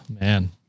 man